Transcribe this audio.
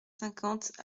cinquante